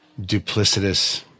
duplicitous